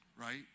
right